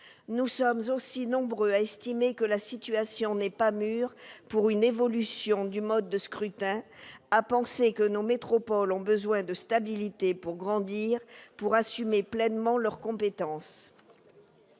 Nous sommes nombreux à estimer aussi que la situation n'est pas mûre pour une évolution du mode de scrutin et que nos métropoles ont besoin de stabilité pour grandir et assumer pleinement leurs compétences.